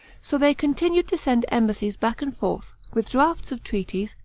so they continued to send embassies back and forth, with drafts of treaties,